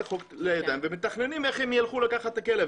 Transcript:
החוק לידיים ומתכננות איך הן ילכו לקחת את הכלב.